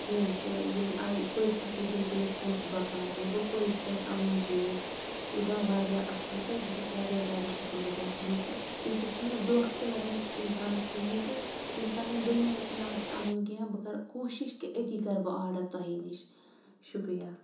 کینٛہہ تہٕ یِم آے پٔزۍ پٲٹھۍ لٔگۍ یِم کُنہِ پونٛسہٕ بَکار یہِ گوٚو پٔزۍ پٲٹھۍ اَنُن چیٖز یہِ درٛاو واریاہ اَصٕل تہٕ بہٕ چھٮ۪س واریاہ زیادٕ شُکُر گُزار تُہٕنٛز تہٕ امہِ سۭتۍ چھُنہٕ دھوکہٕ تہِ لگان اِنسانَس کِہیٖنۍ تہٕ ییٚمہِ ساتہٕ وۄنۍ دۄیمہِ لَٹہِ مےٚ آسہِ اَنُن کینٛہہ بہٕ کَرٕ کوٗشِش کہِ أتی کَرٕ بہٕ آرڈر تۄہے نِش شُکریہ